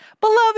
Beloved